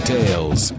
Tales